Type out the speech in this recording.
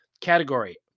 Category